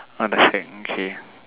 what the heck okay